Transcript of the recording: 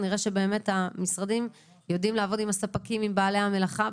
ונראה שבאמת המשרדים יודעים לעבוד עם הספקים ועם בעלי המלאכה.